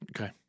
Okay